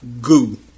goo